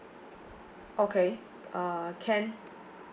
okay uh can